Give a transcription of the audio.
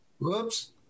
whoops